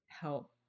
help